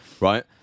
Right